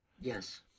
yes